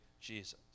Jesus